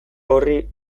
horri